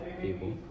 people